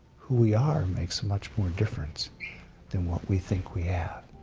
who we are makes much more difference than what we think we have.